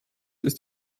ist